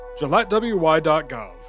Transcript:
gillettewy.gov